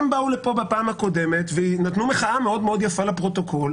הם באו לפה בפעם הקודמת ונתנו מחאה מאוד יפה לפרוטוקול,